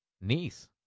niece